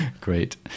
Great